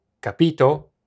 capito